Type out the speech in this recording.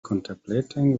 contemplating